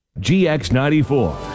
gx94